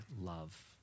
love